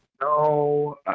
No